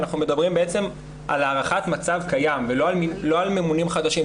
אנחנו מדברים בעצם על הארכת מצב קיים ולא על ממונים חדשים.